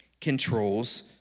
controls